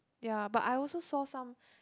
ya but I also saw some